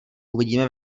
uvidíme